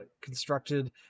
constructed